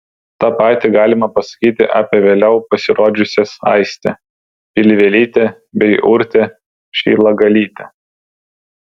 tą patį galima pasakyti apie vėliau pasirodžiusias aistę pilvelytę bei urtę šilagalytę